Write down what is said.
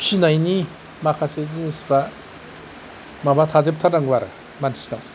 फिसिनायनि माखासे जिनिसफ्रा माबा थाजोबथारनांगौ आरो मानसिनाव